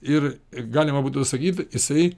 ir galima sakyt jisai